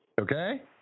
Okay